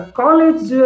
college